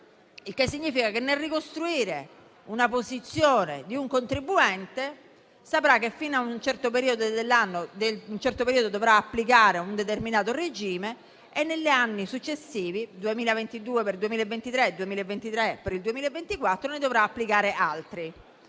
il che significa che, nel ricostruire la posizione di un contribuente, saprà che fino a un certo periodo dovrà applicare un determinato regime e per gli anni successivi ne dovrà applicare altri.